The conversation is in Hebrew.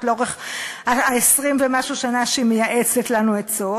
לאורך 20 ומשהו שנה שהיא מייעצת לנו עצות.